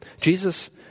Jesus